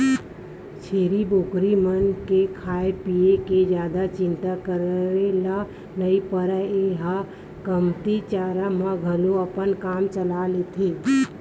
छेरी बोकरा मन के खाए पिए के जादा चिंता करे ल नइ परय ए ह कमती चारा म घलोक अपन काम चला लेथे